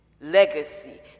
legacy